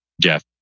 Jeff